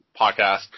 podcast